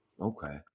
Okay